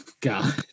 God